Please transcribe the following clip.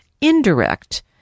indirect